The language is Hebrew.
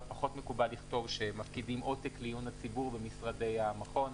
פחות מקובל לכתוב שמפקידים עותק לעיון הציבור במשרדי המכון.